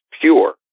pure